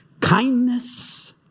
kindness